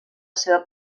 seva